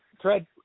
tread